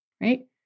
right